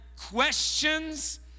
questions